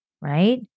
right